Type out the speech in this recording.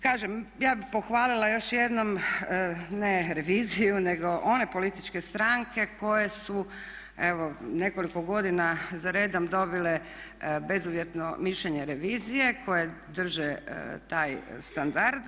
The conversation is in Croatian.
Kažem ja bih pohvalila još jednom ne reviziju nego one političke stranke koje su evo nekoliko godina za redom dobile bezuvjetno mišljenje revizije, koje drže taj standard.